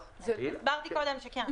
אמרתי קודם שכן.